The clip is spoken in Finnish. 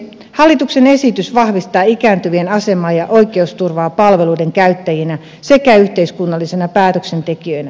hallituksen esitys vahvistaa ikääntyvien asemaa ja oikeusturvaa palveluiden käyttäjinä sekä yhteiskunnallisina päätöksentekijöinä